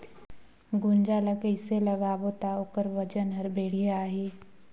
गुनजा ला कइसे लगाबो ता ओकर वजन हर बेडिया आही?